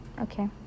okay